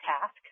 task